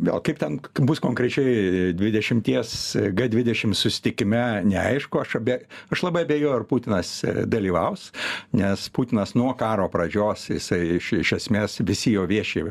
gal kaip ten bus konkrečiai dvidešimties dvidešim susitikime neaišku be aš labai abejoju ar putinas dalyvaus nes putinas nuo karo pradžios jisai iš esmės visi jo vieši